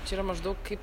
čia yra maždaug kaip